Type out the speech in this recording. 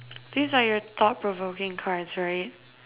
these are your thought provoking cards right